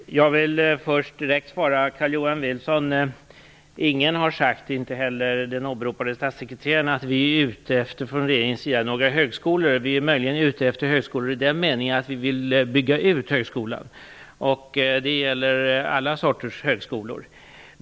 Fru talman! Jag vill först direkt svara Carl-Johan Wilson. Ingen har sagt - inte heller den åberopade statssekreteraren - att vi från regeringens sida är ute efter några högskolor. Vi är möjligen ute efter högskolor i den meningen att vi vill bygga ut högskolan. Det gäller alla sorters högskolor.